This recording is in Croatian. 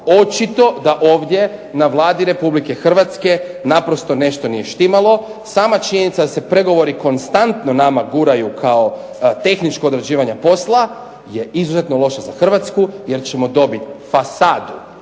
Očito da ovdje na Vladi RH naprosto nešto nije štimalo. Sama činjenica da se pregovori konstantno nama guraju kao tehničko odrađivanje posla je izuzetno loše za Hrvatsku jer ćemo dobiti fasadu.